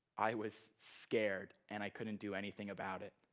i was scared, and i couldn't do anything about it.